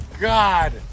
God